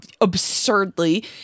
absurdly